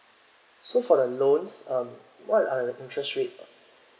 so for the loans um what are the interest rate uh